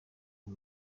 uru